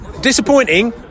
disappointing